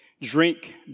drink